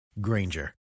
Granger